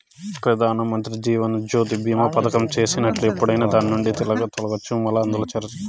పెదానమంత్రి జీవనజ్యోతి బీమా పదకం చేసినట్లు ఎప్పుడైనా దాన్నిండి తొలగచ్చు, మల్లా అందుల చేరచ్చు